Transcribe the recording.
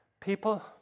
People